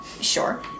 Sure